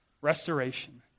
Restoration